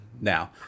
now